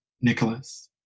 Nicholas